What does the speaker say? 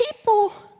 people